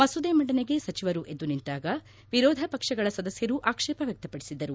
ಮಸೂದೆ ಮಂಡನೆಗೆ ಸಚಿವರು ಎದ್ದುನಿಂತಾಗ ವಿರೋಧ ಪಕ್ಷಗಳ ಸದಸ್ಯರು ಆಕ್ಷೇಪ ವ್ಯಕ್ತಪಡಿಸಿದರು